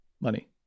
money